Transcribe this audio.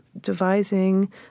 devising